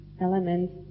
elements